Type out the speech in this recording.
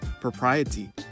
propriety